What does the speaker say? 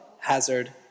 Hazard